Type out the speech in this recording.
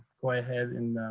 go ahead and